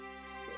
Stay